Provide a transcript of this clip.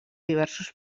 diversos